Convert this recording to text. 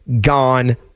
gone